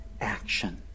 action